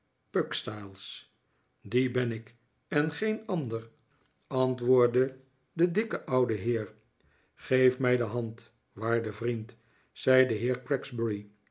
pugstyles die ben ik en geen ander antwoordde de dikke oude heer geef mij de hand waarde vriend zei de heer